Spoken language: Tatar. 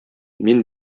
мин